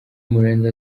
murenzi